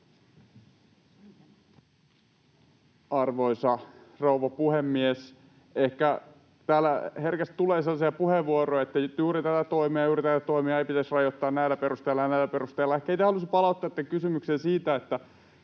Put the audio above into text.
Arvoisa rouva puhemies! Ehkä täällä herkästi tulee sellaisia puheenvuoroja, että juuri tätä toimea ja juuri tätä toimea ei pitäisi rajoittaa näillä perusteilla ja näillä perusteilla. Ehkä itse haluaisin palauttaa tämän kysymykseen siitä,